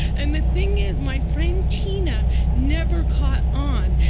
and the thing is, my friend tina never caught on.